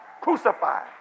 crucified